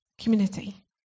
community